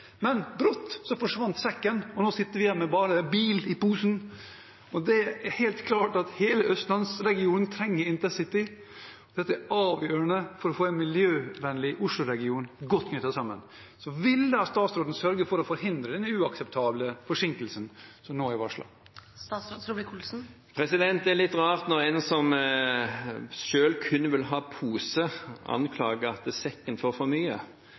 Men brått forsvant sekken, og nå sitter vi igjen med bare bil i posen. Og det er klart at hele Østlands-regionen trenger InterCity, for det er avgjørende for å få en miljøvennlig Oslo-region godt knyttet sammen. Vil statsråden sørge for å forhindre den uakseptable forsinkelsen som nå er varslet? Det er litt rart at en som selv kun vil ha pose, anklager at sekken får for mye.